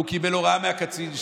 הוא קיבל הוראה מהקצין שלו.